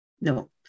No